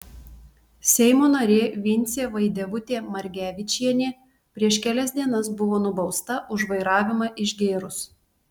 seimo narė vincė vaidevutė margevičienė prieš kelias dienas buvo nubausta už vairavimą išgėrus